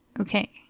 Okay